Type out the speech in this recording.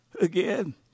again